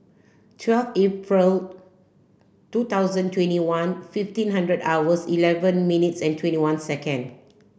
twelfth Aril two thousand twenty one fifteen hundred hours eleven minutes and twenty one seconds